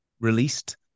released